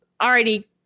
already